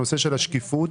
נושא השקיפות.